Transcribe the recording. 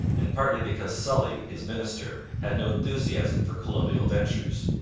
and partly because sully, his minister, had no enthusiasm for colonial ventures.